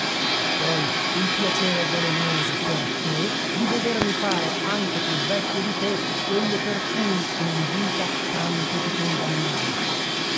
e poi il piacere velenoso per te di vedermi fare anche più vecchio di te quello per cui in vita tanto ti condannai